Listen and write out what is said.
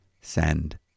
Send